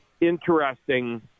interesting